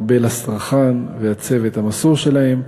ארבל אסטרחן והצוות המסור שלהם.